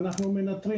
ואנחנו מנטרים,